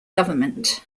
government